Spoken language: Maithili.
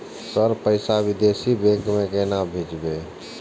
सर पैसा विदेशी बैंक में केना भेजबे?